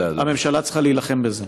הממשלה צריכה להילחם בזה.